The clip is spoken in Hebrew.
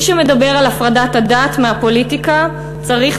מי שמדבר על הפרדת הדת מהפוליטיקה צריך